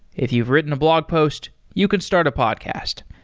if you've written a blog post, you can start a podcast.